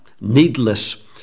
needless